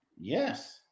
Yes